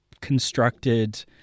constructed